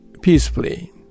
peacefully